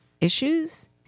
issues